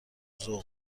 ذوق